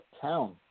town